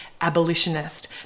abolitionist